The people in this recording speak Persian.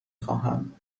خواهم